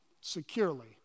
securely